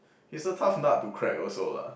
he's a tough nut to crack also lah